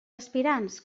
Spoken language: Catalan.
aspirants